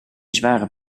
zware